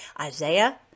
Isaiah